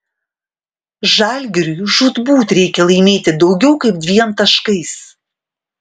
žalgiriui žūtbūt reikia laimėti daugiau kaip dviem taškais